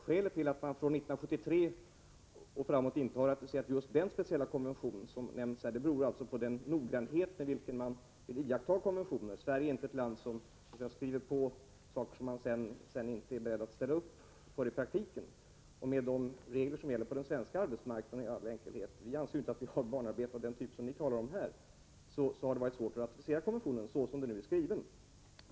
Skälet till att man sedan 1973 inte har ratificerat just den speciella konvention som nämns här är den noggrannhet med vilken vi vill iaktta konventioner. Sverige skriver inte på saker som Sverige sedan inte är berett att ställa upp för i praktiken. Med de regler som gäller på den svenska arbetsmarknaden — vi anser ju inte att vi har barnarbete av den typ som ni talar om här — har det varit svårt att ratificera konventionen som den nu är skriven.